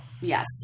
Yes